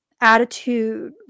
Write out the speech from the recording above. Attitude